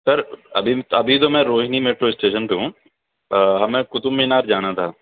سر ابھی ابھی تو میں روہنی میٹرو اسٹیشن پہ ہوں ہمیں قطب مینار جانا تھا